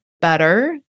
better